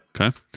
Okay